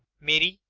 mary,